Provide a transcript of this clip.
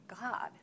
God